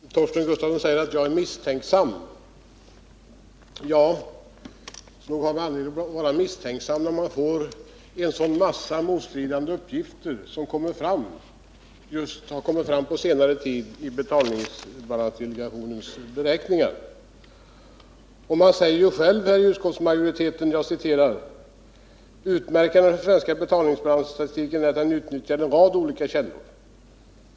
Herr talman! Torsten Gustafsson säger att jag är misstänksam. Ja, nog finns det skäl att vara misstänksam med tanke på de många motstridiga uppgifter som på senare tid har framkommit i fråga om betalningsbalansdelegationens beräkningar. Utskottsmajoriteten skriver själv: ”Utmärkande för den svenska betalningsbalansstatistiken är att den utnyttjar en rad olika källor.